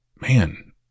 man